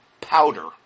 powder